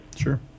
Sure